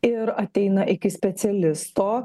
ir ateina iki specialisto